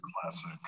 classic